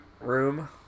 room